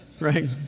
right